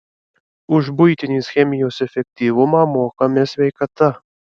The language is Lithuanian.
už buitinės chemijos efektyvumą mokame sveikata